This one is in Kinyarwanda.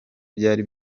byari